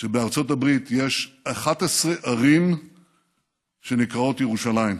שבארצות הברית יש 11 ערים שנקראות "ירושלים".